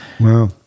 Wow